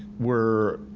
we're